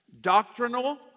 Doctrinal